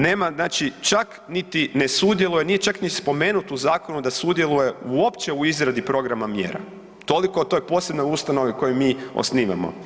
Nema znači čak niti ne sudjeluje, nije čak ni spomenut u zakonu da sudjeluje uopće u izradi programa mjera, toliko o toj posebnoj ustanovi koju mi osnivamo.